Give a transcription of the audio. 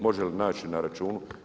Može li naći na računu?